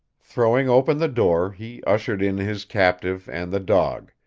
throwing open the door, he ushered in his captive and the dog,